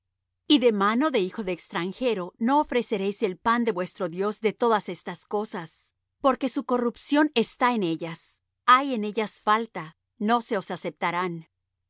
y de mano de hijo de extranjero no ofreceréis el pan de vuestro dios de todas estas cosas porque su corrupción está en ellas hay en ellas falta no se os aceptarán